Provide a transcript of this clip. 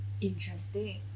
interesting